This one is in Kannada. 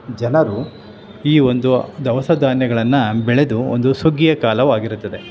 ಜನರು ಈ ಒಂದು ದವಸ ಧಾನ್ಯಗಳನ್ನ ಬೆಳೆದು ಒಂದು ಸುಗ್ಗಿಯ ಕಾಲವಾಗಿರುತ್ತದೆ